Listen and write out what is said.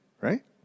right